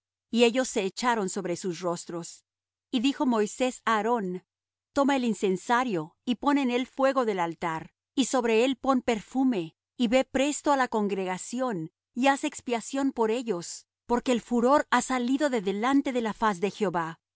y ellos se echaron sobre sus rostros y dijo moisés a aarón toma el incensario y pon en él fuego del altar y sobre él pon perfume y ve presto á la congregación y haz expiación por ellos porque el furor ha salido de delante de la faz de jehová